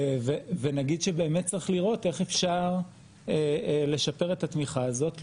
ונגיד שבאמת צריך לראות איך אפשר לשפר את התמיכה הזאת.